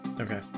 okay